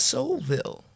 Soulville